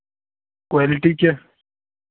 quality क्या